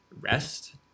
rest